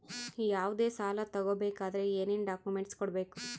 ಯಾವುದೇ ಸಾಲ ತಗೊ ಬೇಕಾದ್ರೆ ಏನೇನ್ ಡಾಕ್ಯೂಮೆಂಟ್ಸ್ ಕೊಡಬೇಕು?